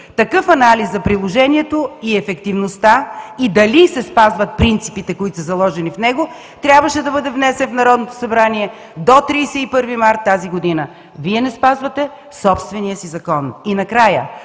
такъв анализ за приложението и ефективността и дали се спазват принципите, които са заложени в него, трябваше да бъде внесен в Народното събрание до 31 март тази година. Вие не спазвате собствения си закон. И накрая,